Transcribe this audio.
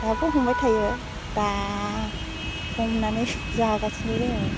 दाबो हमबाय थायो दा हमनानै जागासिनो जोङो